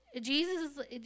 Jesus